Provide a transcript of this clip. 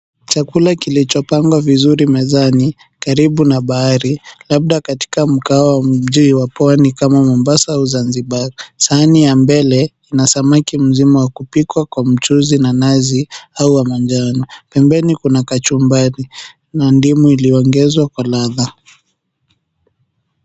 Chakula kilichopangwa vizuri mezani karibu na bahari labda katika mkahawa wa mji wa Pwani kama Mombasa au Zanzibari, sahani ya mbele ina samaki mzima wa kupikwa kwa mchuuzi na nazi au wa manjano pembeni, kuna kachumbari na ndimu iliyoongezwa kwa ladha.